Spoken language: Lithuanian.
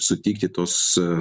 sutikti tuos